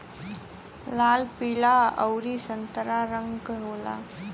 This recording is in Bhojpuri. लाल पीला अउरी संतरा रंग के होला